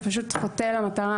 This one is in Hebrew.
זה פשוט חוטא למטרה,